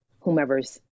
whomever's